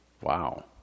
Wow